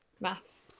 Maths